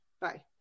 Bye